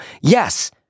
yes